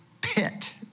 pit